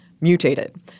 mutated